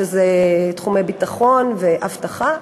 שזה תחומי ביטחון ואבטחה.